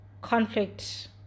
conflict